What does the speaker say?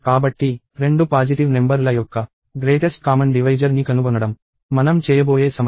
కాబట్టి రెండు positive number ల యొక్క గ్రేటెస్ట్ కామన్ డివైజర్ ని కనుగొనడం మనం చేయబోయే సమస్య